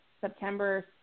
September